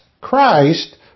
Christ